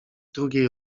drugiej